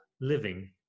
living